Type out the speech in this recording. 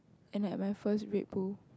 and I had my first Red Bull